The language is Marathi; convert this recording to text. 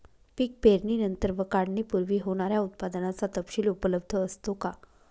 पीक पेरणीनंतर व काढणीपूर्वी होणाऱ्या उत्पादनाचा तपशील उपलब्ध असतो का?